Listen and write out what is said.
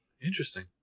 Interesting